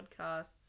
Podcasts